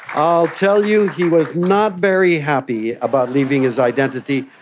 i'll tell you, he was not very happy about leaving his identity.